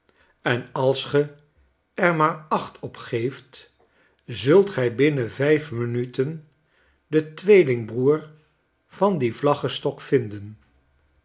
en als ge er maar acht op geeft zult gij binnen vijf minuten den tweelingbroer van dien vlaggestok vinden